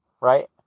right